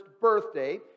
birthday